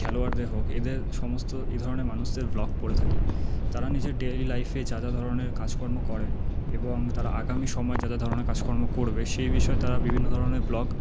খেলোয়াড়দের হোক এদের সমস্ত এধরনের মানুষদের ব্লগ পড়ে থাকি তারা নিজের ডেইলি লাইফে যা যা ধরনের কাজকর্ম করে এবং তারা আগামী সময়ে যা যা ধরনের কাজকর্ম করবে সে বিষয়ে তারা বিভিন্ন ধরনের ব্লগ